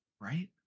right